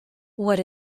what